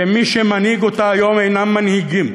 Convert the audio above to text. שמי שמנהיגים אותה היום אינם מנהיגים,